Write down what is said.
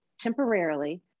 temporarily